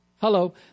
Hello